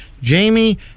Jamie